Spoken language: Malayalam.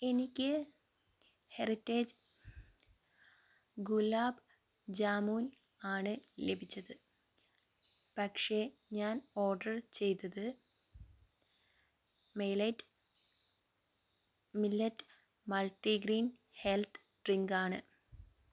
എനിക്ക് ഹെറിറ്റേജ് ഗുലാബ് ജാമൂൻ ആണ് ലഭിച്ചത് പക്ഷേ ഞാൻ ഓർഡർ ചെയ്തത് മെലൈറ്റ് മില്ലറ്റ് മൾട്ടിഗ്രീൻ ഹെൽത്ത് ഡ്രിങ്ക് ആണ്